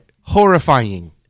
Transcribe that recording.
horrifying